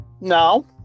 No